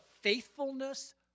faithfulness